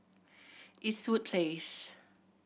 Eastwood Place